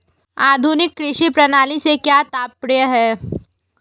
आधुनिक कृषि प्रणाली से क्या तात्पर्य है?